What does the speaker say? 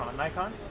ah nikon